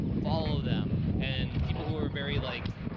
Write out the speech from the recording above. follow them and people who are very like,